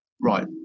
right